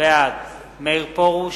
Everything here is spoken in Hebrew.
בעד מאיר פרוש,